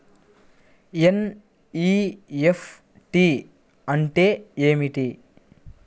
NEFT అంటే ఏమిటి?